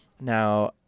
Now